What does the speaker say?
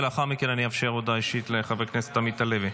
ולאחר מכן אני אאפשר הודעה אישית לחבר הכנסת עמית הלוי.